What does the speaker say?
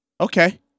Okay